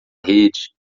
rede